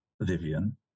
Vivian